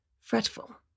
fretful